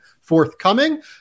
forthcoming